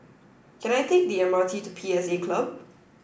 can I take the M R T to P S A Club